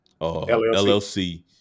LLC